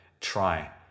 try